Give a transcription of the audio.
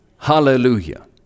Hallelujah